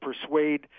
persuade